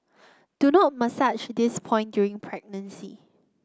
do not massage this point during pregnancy